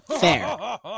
Fair